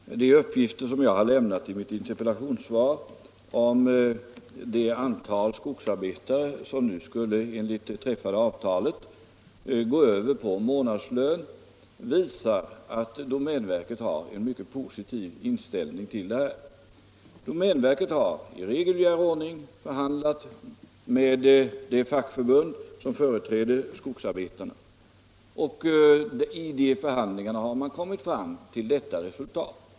Herr talman! De uppgifter som jag har lämnat i mitt interpellationssvar om det antal skogsarbetare som enligt det träffade avtalet nu skulle gå över på månadslön visar att domänverket har en mycket positiv inställning till detta. Domänverket har i reguljär ordning förhandlat med det fackförbund ” som företräder skogsarbetarna. I förhandlingarna har man kommit fram till detta resultat.